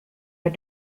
are